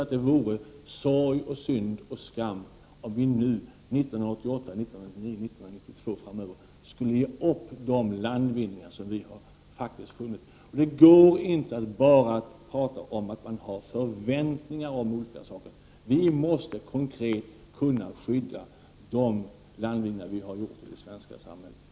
Det vore sorg, synd och skam om vi nu — 1988, 1989, 1992 och framöver — skulle ge upp de landvinningar vi har uppnått. Det går inte bara att tala om att man förväntar sig olika saker. Vi måste konkret kunna skydda de landvinningar vi har gjort i det svenska samhället.